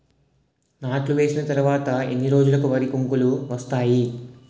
నాట్లు వేసిన తర్వాత ఎన్ని రోజులకు వరి కంకులు వస్తాయి?